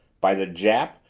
by the jap,